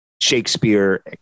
Shakespeare